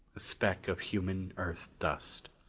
a speck of human earth dust,